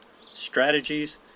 strategies